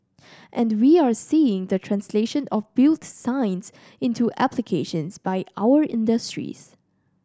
and we are seeing the translation of built science into applications by our industries